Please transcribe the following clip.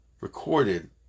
Recorded